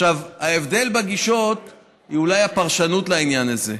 ההבדל בגישות הוא אולי הפרשנות לעניין הזה.